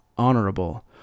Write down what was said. honorable